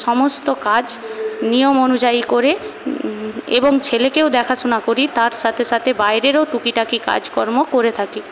সমস্ত কাজ নিয়ম অনুযায়ী করে এবং ছেলেকেও দেখাশোনা করি তার সাথে সাথে বাইরেরও টুকি টাকি কাজকর্ম করে থাকি